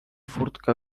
furtka